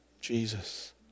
Jesus